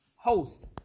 host